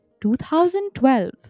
2012